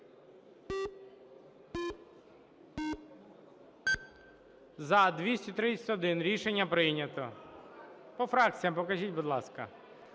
За-231 Рішення прийнято. По фракціях покажіть, будь ласка.